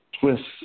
twists